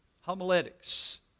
homiletics